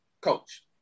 coach